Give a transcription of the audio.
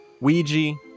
ouija